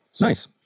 Nice